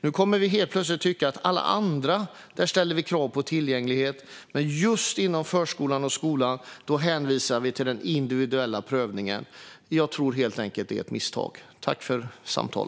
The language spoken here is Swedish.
Nu kommer vi helt plötsligt att tycka att vi ställer krav på tillgänglighet när det gäller alla andra, men just inom förskolan och skolan hänvisar vi till den individuella prövningen. Jag tror helt enkelt att det är ett misstag.